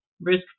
risk